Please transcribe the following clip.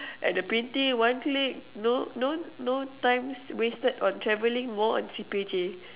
at the printing one click no no no time wasted on traveling more on C_P_J